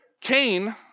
Cain